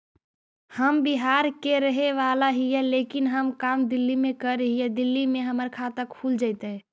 हम बिहार के रहेवाला हिय लेकिन हम काम दिल्ली में कर हिय, दिल्ली में हमर खाता खुल जैतै?